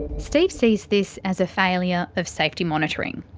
steve sees this as a failure of safety monitoring.